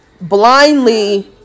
blindly